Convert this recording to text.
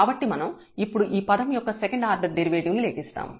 కాబట్టి మనం ఇప్పుడు ఈ పదం యొక్క సెకండ్ ఆర్డర్ డెరివేటివ్ ని లెక్కిస్తాము